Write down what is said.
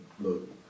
look